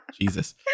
Jesus